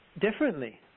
differently